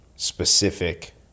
specific